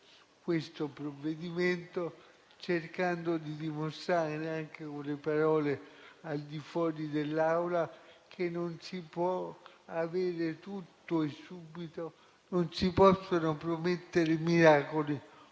questo provvedimento, cercando di dimostrare, anche con le parole, al di fuori dell'Aula, che non si può avere tutto e subito. Non si possono promettere miracoli